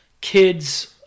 kids